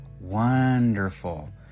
Wonderful